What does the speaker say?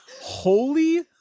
holy